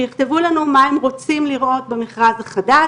שיכתבו לנו מה הם רוצים לראות במכרז החדש.